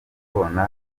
kona